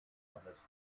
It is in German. eines